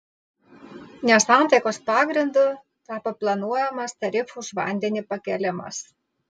nesantaikos pagrindu tapo planuojamas tarifų už vandenį pakėlimas